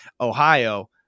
Ohio